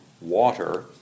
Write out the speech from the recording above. water